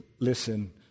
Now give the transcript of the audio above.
listen